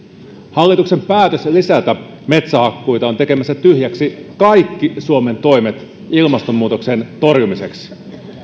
hallituksen päätös lisätä metsähakkuita on tekemässä tyhjäksi kaikki suomen toimet ilmastonmuutoksen torjumiseksi